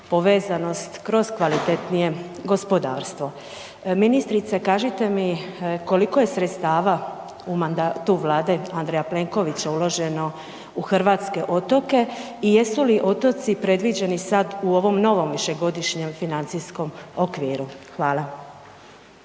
povezanost, kroz kvalitetnije gospodarstvo. Ministrice, kažite mi koliko je sredstava u mandatu Vlade Andreja Plenkovića uloženo u hrvatske otoke i jesu li otoci predviđeni sad u ovom novom višegodišnjem financijskom okviru? Hvala.